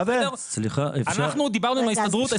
אנחנו דיברנו עם ההסתדרות.